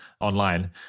online